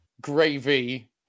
Gravy